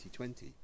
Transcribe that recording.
2020